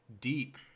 deep